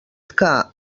que